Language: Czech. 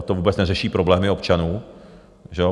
To vůbec neřeší problémy občanů, že ano.